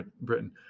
Britain